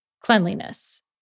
cleanliness